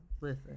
listen